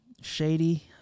shady